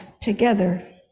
together